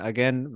Again